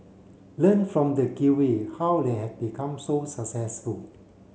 learn from the Kiwi how they have become so successful